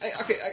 Okay